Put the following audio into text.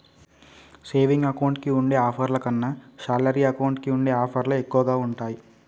saving account కి ఉండే ఆఫర్ల కన్నా శాలరీ అకౌంట్ కి ఉండే ఆఫర్లే ఎక్కువగా ఉంటాయి